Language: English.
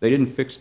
they didn't fix the